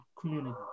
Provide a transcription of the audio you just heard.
community